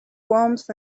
warmth